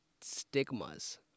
stigmas